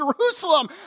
Jerusalem